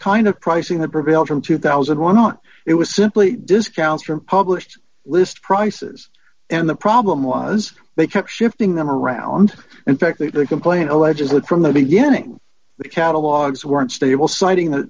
kind of pricing that prevailed from two thousand and one it was simply discounts from published list prices and the problem was they kept shifting them around in fact that the complaint alleges that from the beginning the catalogs weren't stable citing